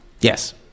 Yes